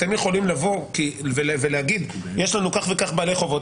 אתם יכולים לבוא ולהגיד: יש לנו כך וכך בעלי חובות,